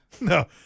no